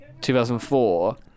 2004